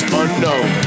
unknown